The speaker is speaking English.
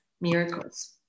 miracles